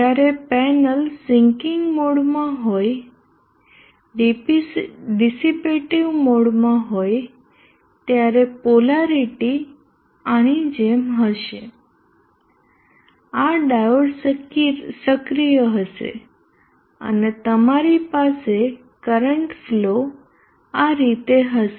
જ્યારે panel sinking mode હોય dissipative મોડમાં હોય ત્યારે પોલારીટી આની જેમ હશે આ ડાયોડ સક્રિય હશે અને તમારી પાસે કરંટ ફ્લો આ રીતે હશે